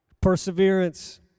Perseverance